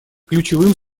ключевым